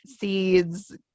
Seeds